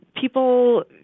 people